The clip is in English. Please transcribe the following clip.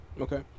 Okay